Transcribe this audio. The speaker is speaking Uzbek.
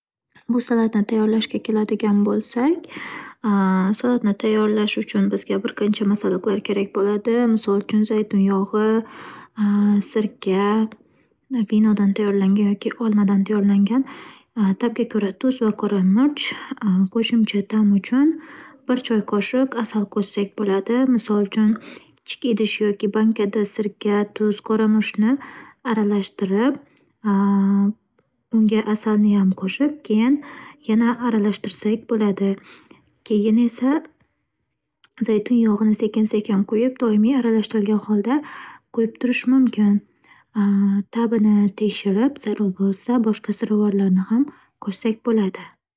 Bu salatni tayyorlashga keladigan bo'lsak, salatni tayyorlash uchun bizga bir qancha masalliqlar kerak bo'ladi. Misol uchun, zaytun yog'i, sirka - vinodan tayyorlangan yoki olmadan tayyorlangan, tabga ko'ra tuz va murch, qo'shimcha ta'm uchun bir choy qoshiq asal qoshsak bo'ladi. Misol uchun, kichik idish yoki bankada sirka, tuz va qora murchni aralashtirib, unga asalniyam qo'shib keyin yana aralashtirsak bo'ladi. Keyin esa zaytun yog'ini sekin- sekin quyib doimiy aralashtirilgan holda quyib turish mumkin. Tabini tekshirib zarur bo'lsa boshqa ziravorlarni ham qo'shsak bo'ladi.